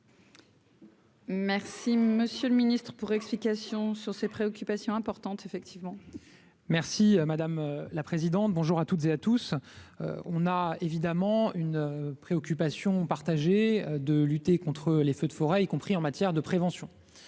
Merci, Monsieur le Ministre pour explications sur ses préoccupations. Effectivement, merci madame la présidente, bonjour à toutes et à tous, on a évidemment une préoccupation partagée de lutter contre les feux de forêt, y compris en matière de prévention,